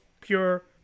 pure